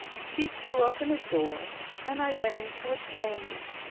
she threw open a door and i went into a chamber,